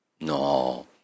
No